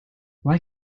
why